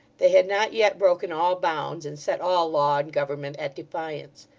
they had not yet broken all bounds and set all law and government at defiance.